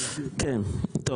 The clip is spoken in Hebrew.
טוב.